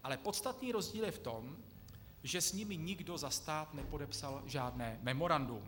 Ale podstatný rozdíl je v tom, že s nimi nikdo za stát nepodepsal žádné memorandum.